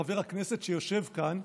חבר הכנסת שיושב כאן,